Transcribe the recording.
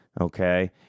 Okay